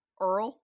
Earl